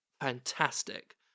fantastic